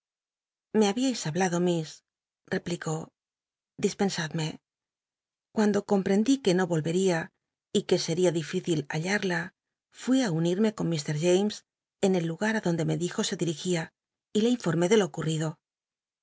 me habíais hablado miss i'cplicó dispensaclmc cuando comprendí que no ohc ia y que seria dificil hallarla fué á unirme con llr james en el lugar donde me dijo se diri ia y le info rmé de lo ocu